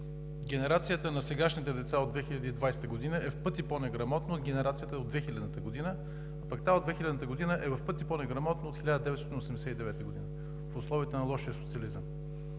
Генерацията на сегашните деца от 2020 г. е в пъти по-неграмотна от генерацията от 2000-та година, пък тази от 2000-та година е в пъти по-неграмотна от 1989 г., в условията на лошия социализъм.